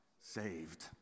Saved